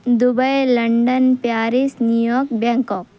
Dubai London Paris New York Bangkok